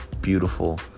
beautiful